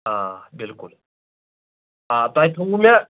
آ بِلکُل آ تۅہہِ تھوٚوٕ مےٚ